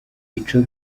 ico